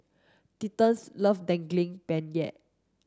love Daging Penyet